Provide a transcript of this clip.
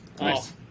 Nice